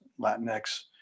Latinx